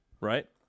right